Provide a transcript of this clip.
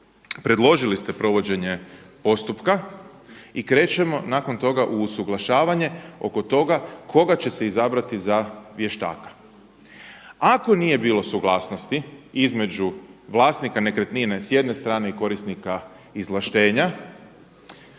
predložili provođenje postupka i krećemo nakon toga u usuglašavanje oko toga koga će se izabrati za vještaka. Ako nije bilo suglasnosti između vlasnika nekretnine s jedne strane i korisnika izvlaštenja